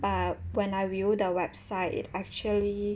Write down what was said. but when I view the website it actually